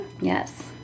Yes